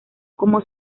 como